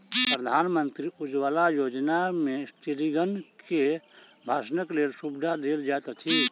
प्रधानमंत्री उज्ज्वला योजना में स्त्रीगण के भानसक लेल सुविधा देल जाइत अछि